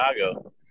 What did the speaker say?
Chicago